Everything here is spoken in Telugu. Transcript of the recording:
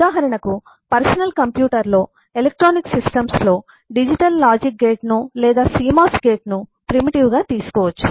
ఉదాహరణకు పర్సనల్ కంప్యూటర్లో ఎలక్ట్రానిక్ సిస్టమ్స్లో డిజిటల్ లాజిక్ గేట్ను లేదా CMOS గేట్ను ప్రిమిటివ్ గా తీసుకోవచ్చు